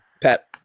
pat